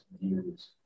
views